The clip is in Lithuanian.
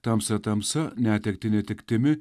tamsą tamsa netektį netektimi